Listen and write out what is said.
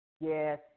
yes